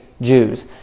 Jews